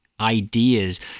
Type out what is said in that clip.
ideas